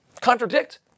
contradict